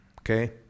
Okay